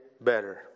better